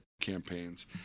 campaigns